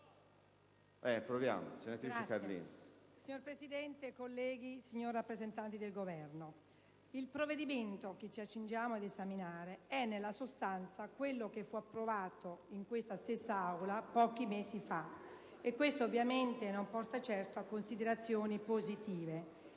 Signor Presidente, signori rappresentanti del Governo, colleghi, il provvedimento che ci accingiamo ad esaminare è, nella sostanza, quello approvato in questa stessa Aula pochi mesi fa, e questo, ovviamente, non porta certo a considerazioni positive.